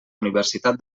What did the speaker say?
universitat